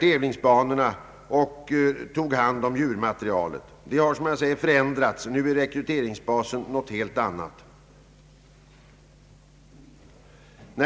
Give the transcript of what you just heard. tävlingsba norna och tog hand om djurmaterialet. Som jag sade har detta förändrats, och nu är rekryteringsbasen en helt annan.